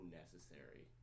necessary